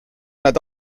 nad